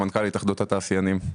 סמנכ"ל התאחדות התעשיינים.